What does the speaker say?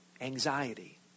anxiety